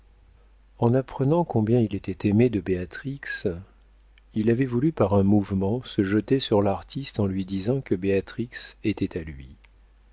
en apprenant combien il était aimé de béatrix il avait voulu par un mouvement se jeter sur l'artiste en lui disant que béatrix était à lui